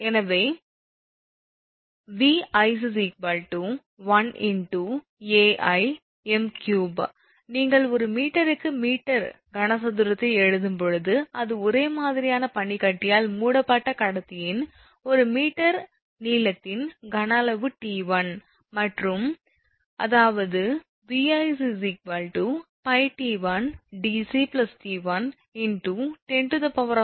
எனவே 𝑉𝑖𝑐𝑒1×𝐴𝑖 𝑚3 நீங்கள் ஒரு மீட்டருக்கு மீட்டர் கனசதுரத்தை எழுதும் போது அது ஒரே மாதிரியான பனிக்கட்டியால் மூடப்பட்ட கடத்தியின் 1 மீட்டர் நீளத்தின் கன அளவு 𝑡1 மற்றும் அதாவது 𝑉𝑖𝑐𝑒𝜋𝑡1𝑑𝑐𝑡1×10−4 𝑚3𝑚